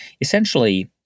essentially